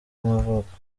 y’amavuko